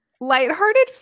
lighthearted